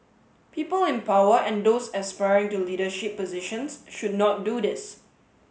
people in power and those aspiring to leadership positions should not do this